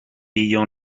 ayant